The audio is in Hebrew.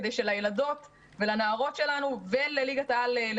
כדי שלילדות ולנערות שלנו ולליגת העל של